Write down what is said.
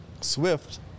Swift